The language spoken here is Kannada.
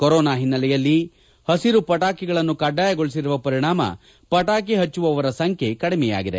ಕೊರೋನಾ ಹಿನ್ನೆಲೆ ಮತ್ತು ಹಸಿರು ಪಣಾಕಿಗಳನ್ನು ಕಡ್ಡಾಯಗೊಳಿಸಿರುವ ಪರಿಣಾಮ ಪಣಾಕಿ ಹಚ್ಚುವವರ ಸಂಖ್ಯೆ ಕಡಿಮೆಯಾಗಿದೆ